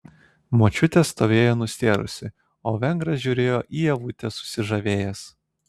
močiutė stovėjo nustėrusi o vengras žiūrėjo į ievutę susižavėjęs